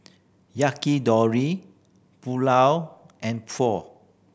Yakitori Pulao and Pho